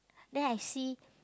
then I see